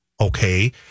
okay